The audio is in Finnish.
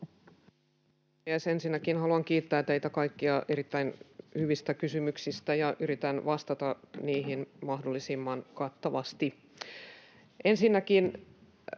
Ensinnäkin haluan kiittää teitä kaikkia erittäin hyvistä kysymyksistä. Yritän vastata niihin mahdollisimman kattavasti. Ensinnäkin